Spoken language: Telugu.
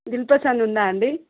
దిల్ పసంద్ ఉందా అండి